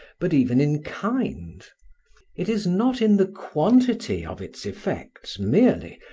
but even in kind it is not in the quantity of its effects merely,